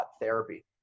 therapy